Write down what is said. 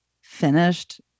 finished